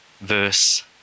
verse